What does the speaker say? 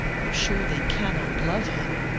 you surely cannot love him!